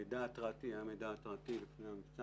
מידע התראתי היה מידע התראתי לפי המבצע